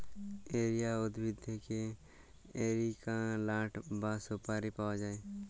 areca উদ্ভিদ থেক্যে areca লাট বা সুপারি পায়া যায়